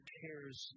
cares